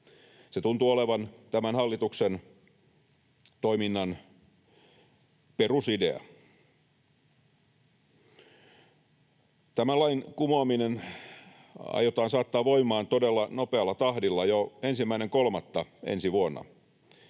Se tuntuu olevan tämän hallituksen toiminnan perusidea. Tämän lain kumoaminen aiotaan saattaa voimaan todella nopealla tahdilla, jo 1.3. ensi vuonna.